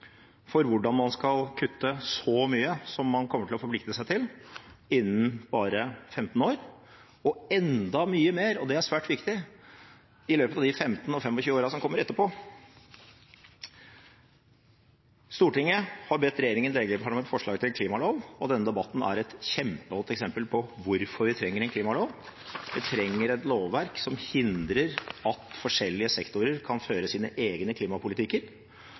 for hvordan man skal kutte så mye som man kommer til å forplikte seg til, innen bare 15 år, og enda mye mer – og det er svært viktig – i løpet av de 15 til 25 årene som kommer etterpå. Stortinget har bedt regjeringen legge fram et forslag til en klimalov, og denne debatten er et kjempegodt eksempel på hvorfor vi trenger en klimalov. Vi trenger et lovverk som hindrer at forskjellige sektorer kan føre